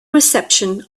reception